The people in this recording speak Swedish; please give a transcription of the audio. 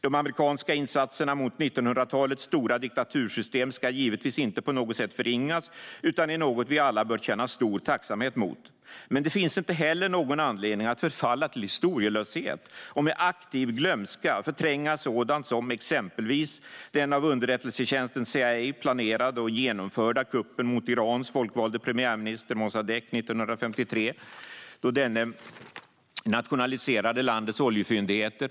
De amerikanska insatserna mot 1900-talets stora diktatursystem ska givetvis inte på något sätt förringas utan är något som vi alla bör känna stor tacksamhet för. Men det finns inte heller någon anledning att förfalla till historielöshet och med aktiv glömska förtränga sådant som exempelvis den av underrättelsetjänsten CIA planerade och genomförda kuppen mot Irans folkvalde premiärminister Mossadeq 1953, då denne nationaliserade landets oljefyndigheter.